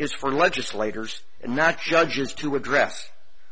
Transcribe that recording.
is for legislators and not judges to address